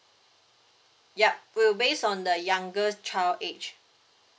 yup will based on the younger child age